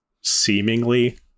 seemingly